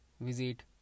visit